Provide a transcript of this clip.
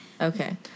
Okay